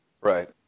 Right